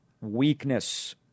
weakness